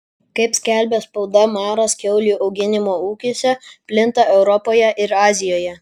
kaip skelbia spauda maras kiaulių auginimo ūkiuose plinta europoje ir azijoje